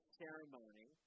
ceremony